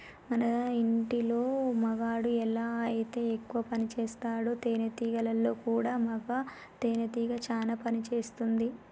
మన ఇంటిలో మగాడు ఎలా అయితే ఎక్కువ పనిసేస్తాడో తేనేటీగలలో కూడా మగ తేనెటీగ చానా పని చేస్తుంది